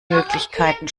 möglichkeiten